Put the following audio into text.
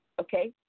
Okay